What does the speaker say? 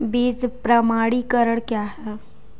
बीज प्रमाणीकरण क्या है?